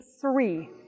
three